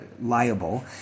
liable